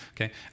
okay